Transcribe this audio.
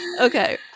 Okay